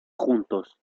juntos